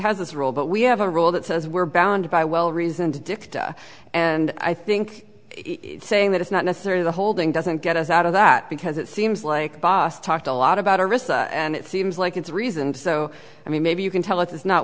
has this role but we have a rule that says we're bound by well reasoned and i think saying that it's not necessary the holding doesn't get us out of that because it seems like boss talked a lot about a risk and it seems like it's reasoned so i mean maybe you can tell it is not